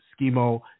Schemo